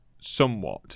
somewhat